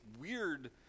weird